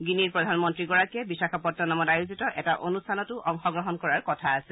গিনিৰ প্ৰধানমন্ত্ৰীগৰাকীয়ে বিশাখাপট্টনমত আয়োজিত এটা অনুষ্ঠানতো অংশগ্ৰহণ কৰাৰ কথা আছে